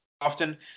often